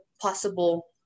possible